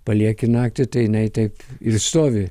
palieki naktį tai jinai taip ir stovi